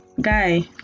Guy